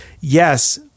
yes